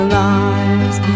lives